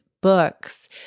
books